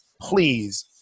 please